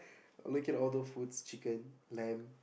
look at all those food chickens lamb